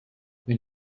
when